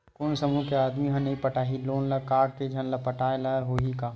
कोन समूह के आदमी हा नई पटाही लोन ला का एक झन ला पटाय ला होही का?